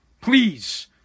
Please